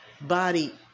body